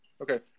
Okay